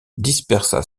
dispersa